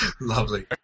Lovely